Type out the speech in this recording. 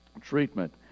treatment